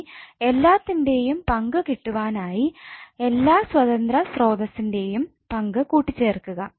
ഇനി എല്ലാത്തിന്റെയും പങ്കു കിട്ടുവാനായി എല്ലാ സ്വതന്ത്ര സ്രോതസ്സ്ന്റെയും പങ്ക് കൂട്ടിചേർക്കുക